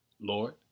Lord